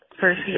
First